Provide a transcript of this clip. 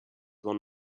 one